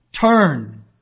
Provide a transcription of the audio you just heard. turn